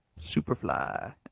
Superfly